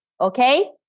okay